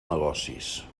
negocis